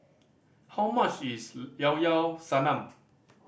how much is Llao Llao Sanum